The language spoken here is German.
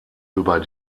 über